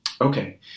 Okay